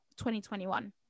2021